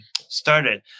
started